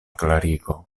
klarigo